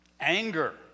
anger